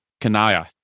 Kanaya